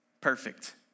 perfect